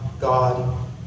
God